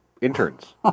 interns